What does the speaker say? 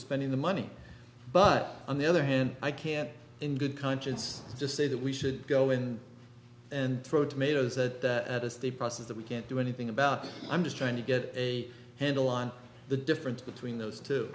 spending the money but on the other hand i can't in good conscience just say that we should go in and throw tomatoes that at us the process that we can't do anything about i'm just trying to get a handle on the difference between those t